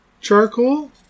charcoal